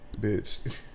bitch